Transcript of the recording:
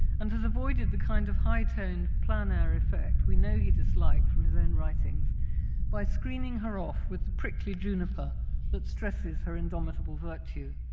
and has avoided the kind of high-toned, plein-air effect we know he disliked from his own writings by screening her off with the prickly juniper that stresses her indomitable virtue.